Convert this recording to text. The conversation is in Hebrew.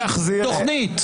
הציבור,